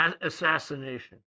assassination